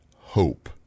hope